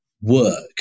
Work